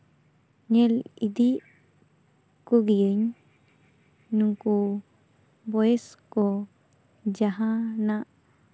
ᱧᱮᱞ ᱤᱫᱤ ᱠᱚᱜᱮᱭᱟᱹᱧ ᱱᱩᱠᱩ ᱵᱚᱭᱮᱥᱠᱚ ᱡᱟᱦᱟᱱᱟᱜ